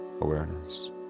awareness